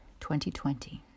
2020